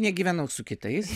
negyvenau su kitais